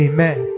Amen